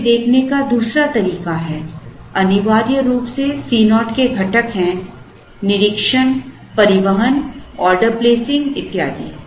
इसे देखने का दूसरा तरीका है अनिवार्य रूप से Co के घटक हैं निरीक्षण परिवहन ऑर्डर प्लेसिंग इत्यादि